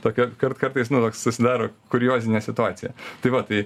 tokia kart kartais nu vat susidaro kuriozinė situacija tai va tai